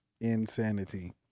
insanity